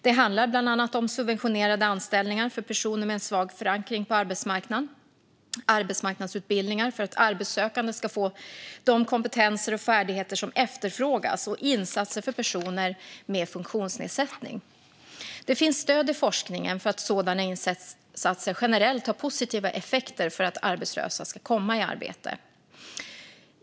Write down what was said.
Det handlar bland annat om subventionerade anställningar för personer med en svag förankring på arbetsmarknaden, arbetsmarknadsutbildningar för att arbetssökande ska få de kompetenser och färdigheter som efterfrågas och insatser för personer med funktionsnedsättning. Det finns stöd i forskningen för att sådana insatser generellt har positiva effekter för att arbetslösa ska komma i arbete.